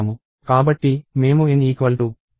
కాబట్టి మేము NN10 ని చేస్తాము